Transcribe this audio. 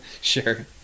sure